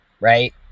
right